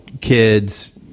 kids